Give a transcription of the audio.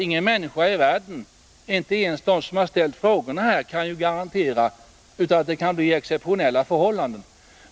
Ingen människa i världen — inte ens de som har ställt frågorna — kan garantera att det inte blir exceptionella förhållanden.